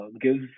gives